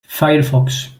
firefox